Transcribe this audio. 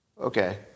okay